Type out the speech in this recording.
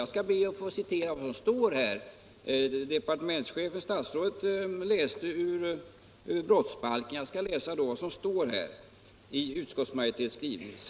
Justitieministern läste här ur brotts 203 balken, och jag vill då läsa vad som står i utskottsmajoritetens skrivning, på s. 7.